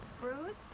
Bruce